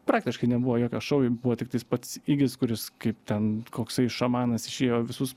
praktiškai nebuvo jokio šou buvo tiktais pats igis kuris kaip ten koksai šamanas išėjo visus